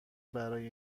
برای